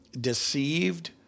deceived